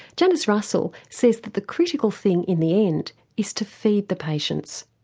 janice russell says that the critical thing in the end is to feed the patients.